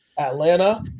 atlanta